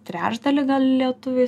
trečdalį lietuviai